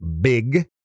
Big